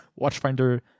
Watchfinder